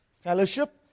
fellowship